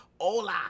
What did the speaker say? Hola